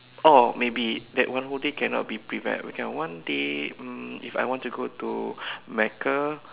oh maybe that one whole day cannot be prepared we can one day um if I want go to Mecca